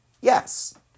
Yes